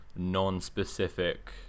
non-specific